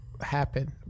happen